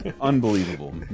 Unbelievable